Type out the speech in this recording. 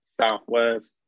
southwest